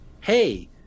hey